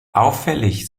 auffällig